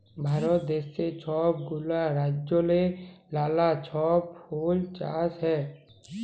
ভারত দ্যাশে ছব গুলা রাজ্যেল্লে লালা ছব ফুল চাষ হ্যয়